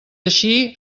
així